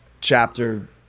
chapter